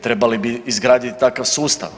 Trebali bi izgraditi takav sustav.